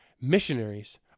Missionaries